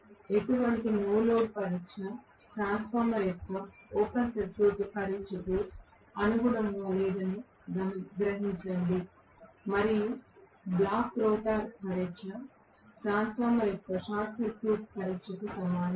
కాబట్టి ఎటువంటి no load పరీక్ష ట్రాన్స్ఫార్మర్ యొక్క ఓపెన్ సర్క్యూట్ పరీక్షకు అనుగుణంగా లేదని గ్రహించండి మరియు బ్లాక్ రోటర్ పరీక్ష ట్రాన్స్ఫార్మర్ యొక్క షార్ట్ సర్క్యూట్ పరీక్షకు సమానం